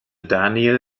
daniel